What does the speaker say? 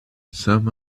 some